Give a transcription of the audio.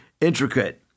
intricate